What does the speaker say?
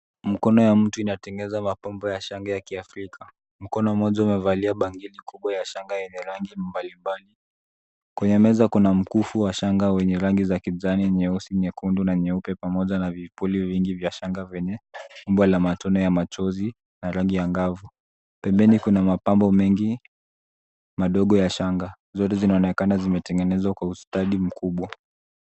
Mkono wa mtu unatengeneza mapambo ya shanga ya kiafrika. Mkono mmoja umevalia bangili kubwa ya shanga yenye rangi mbalimbali. Kwenye meza kuna mkufu wa shanga wenye rangi za kijani, nyeusi, nyekundu na nyeupe pamoja na vipuli vingi vya shanga vyenye umbo la matone ya machozi na rangi ya ngavu. Pembeni kuna mapambo mengi madogo ya shanga. Zote zinaonekana zimetengenezwa kwa ustadi mkubwa.